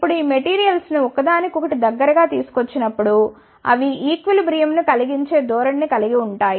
ఇప్పుడు ఈ మెటీరియల్స్ ను ఒకదానికొకటి దగ్గరగా తీసుకువచ్చినప్పుడు అవి సమతుల్యతను కలిగించే ధోరణి ని కలిగి ఉంటాయి